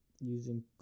using